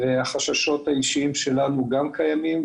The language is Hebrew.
והחששות האישיים שלנו גם קיימים,